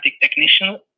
technician